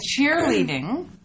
cheerleading